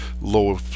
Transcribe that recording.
lower